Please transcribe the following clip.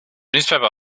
newspaper